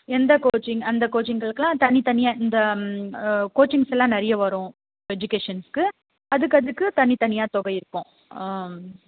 எந்த கோச்சிங் அந்த கோச்சிங்களுக்குலான் தனி தனியாக இந்த கோச்சிங்ஸ்லாம் நிறைய வரும் எஜுகேஷன்ஸ்கு அதுக்கு அதுக்கு தனி தனியாக தொகை இருக்கும்